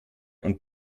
und